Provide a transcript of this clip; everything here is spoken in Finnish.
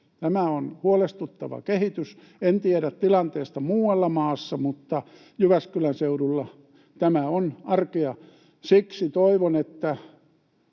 Tämä on huolestuttava kehitys. En tiedä tilanteesta muualla maassa, mutta Jyväskylän seudulla tämä on arkea. Siksi toivon, että